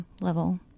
level